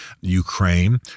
Ukraine